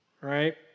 Right